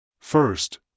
First